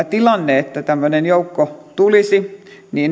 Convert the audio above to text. tilanne että tämmöinen joukko tulisi